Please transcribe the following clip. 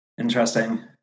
Interesting